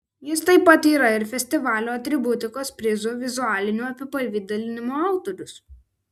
jis taip pat yra ir festivalio atributikos prizų vizualinių apipavidalinimų autorius